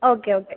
okay okay